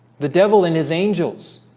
the devil and his angels